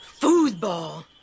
Foosball